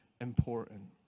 important